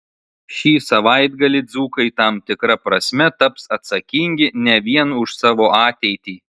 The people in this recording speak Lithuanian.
šį savaitgalį dzūkai tam tikra prasme taps atsakingi ne vien už savo ateitį